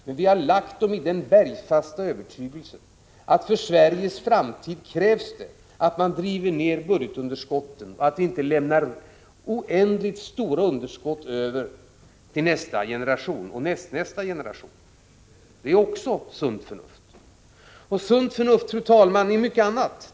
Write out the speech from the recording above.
Men vi har lagt fram dem i den bergfasta övertygelsen att det för Sveriges framtid krävs att man driver ned budgetunderskotten, att vi inte lämnar över oändligt stora underskott till nästa generation — och nästnästa generation. Det är också sunt förnuft. Och sunt förnuft, fru talman, är mycket annat.